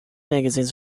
magazines